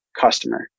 customer